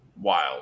wild